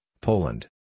Poland